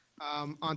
On